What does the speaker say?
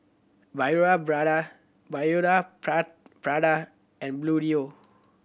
Prada Biore Prada and Bluedio